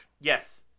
Yes